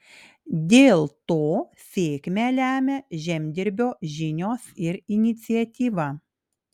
dėl to sėkmę lemia žemdirbio žinios ir iniciatyva